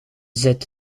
zit